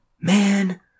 Man